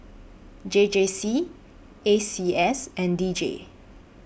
J J C A C S and D J